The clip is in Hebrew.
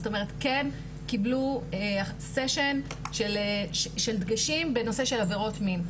זאת אומרת כן קיבלו סשן של דגשים בנושא של עבירות מין,